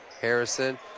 Harrison